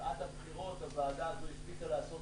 מפאת הבחירות הוועדה הזאת החליטה לעשות